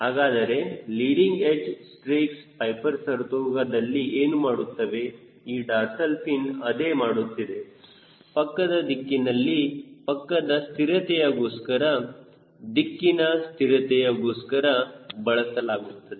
ಹಾಗಾದರೆ leading edge strakes ಪೈಪರ್ ಸರತೋಗದಲ್ಲಿ ಏನು ಮಾಡುತ್ತದೆ ಈ ಡಾರ್ಸಲ್ ಫಿನ್ ಅದೇ ಮಾಡುತ್ತಿದೆ ಪಕ್ಕದ ದಿಕ್ಕಿನಲ್ಲಿ ಪಕ್ಕದ ಸ್ಥಿರತೆಯ ಗೋಸ್ಕರ ದಿಕ್ಕಿನ ಸ್ಥಿರತೆಯ ಗೋಸ್ಕರ ಬಳಸಲಾಗುತ್ತದೆ